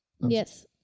yes